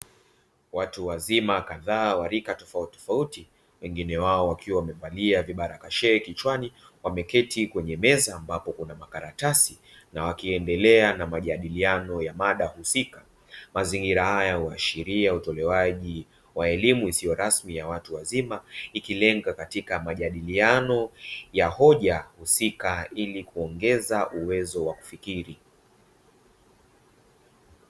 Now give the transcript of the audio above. Watu wazima kadhaa wa rika tofauti tofauti, wengine wao wakiwa wamevalia vibarakashee kichwani, wameketi kwenye meza ambapo Kuna makaratasi na wakiendelea na majadiliano ya mada husika. Mazingira haya huashiria utolewaji wa elimu isiyo rasmi ya watu wazima, ikilenga katika majadiliano ya hoja husika ili kuongeza uwezo wa kufikiri.